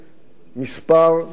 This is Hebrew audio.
מספר בלתי נתפס.